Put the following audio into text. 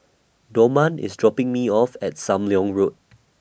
Dorman IS dropping Me off At SAM Leong Road